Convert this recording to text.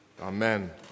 Amen